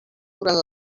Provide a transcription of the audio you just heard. durant